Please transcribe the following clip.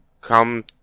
come